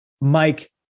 Mike